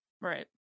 Right